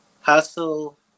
hustle